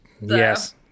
Yes